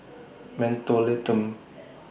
Mentholatum